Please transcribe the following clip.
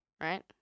right